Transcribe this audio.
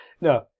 No